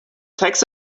text